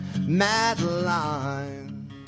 Madeline